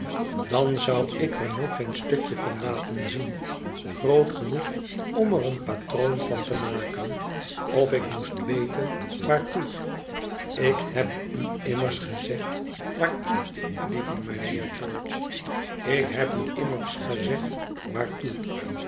dan zou ik er nog geen stukje van laten zien groot genoeg om er een patroon van te maken of ik moest weten waartoe ik heb u immers gezégd waartoe lieve mijnheer george ik heb u immers gezegd waartoe